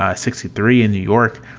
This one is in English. ah sixty three in new york.